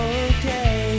okay